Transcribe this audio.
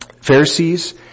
Pharisees